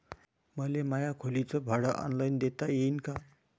मले माया खोलीच भाड ऑनलाईन देता येईन का?